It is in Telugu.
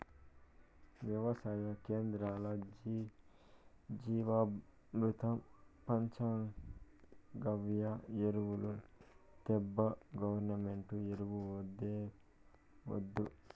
వెవసాయ కేంద్రాల్ల జీవామృతం పంచగవ్య ఎరువులు తేబ్బా గవర్నమెంటు ఎరువులు వద్దే వద్దు